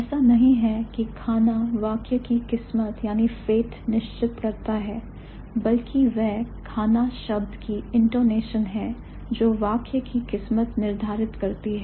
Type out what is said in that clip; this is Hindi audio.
ऐसा नहीं है कि खाना वाक्य की किस्मत निश्चित करता है बल्कि वह खाना शब्द की intonation है जो वाक्य की किस्मत निर्धारित करती है